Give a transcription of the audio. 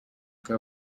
que